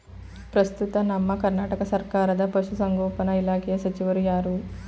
ಪ್ರಸ್ತುತ ನಮ್ಮ ಕರ್ನಾಟಕ ಸರ್ಕಾರದ ಪಶು ಸಂಗೋಪನಾ ಇಲಾಖೆಯ ಸಚಿವರು ಯಾರು?